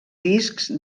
discs